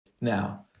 Now